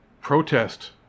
protest